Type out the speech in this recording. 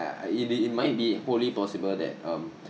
I it it might be wholly possible that um